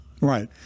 Right